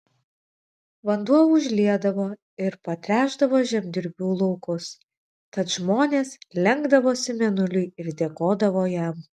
vanduo užliedavo ir patręšdavo žemdirbių laukus tad žmonės lenkdavosi mėnuliui ir dėkodavo jam